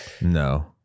No